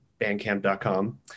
Bandcamp.com